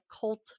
cult